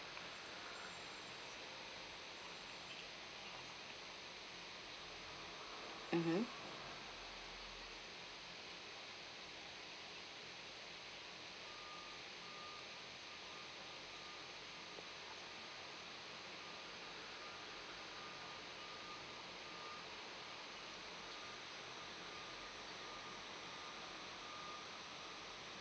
mmhmm